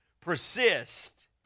persist